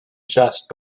just